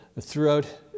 throughout